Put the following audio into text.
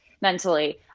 mentally